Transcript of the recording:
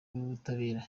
y’ubutabera